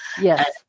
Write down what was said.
Yes